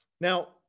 Now